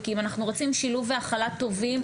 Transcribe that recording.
כי אם אנחנו צריכים שילוב והכלה טובים,